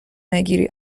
نگیری